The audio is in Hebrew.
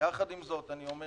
עם זאת, אני אומר